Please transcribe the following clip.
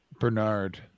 Bernard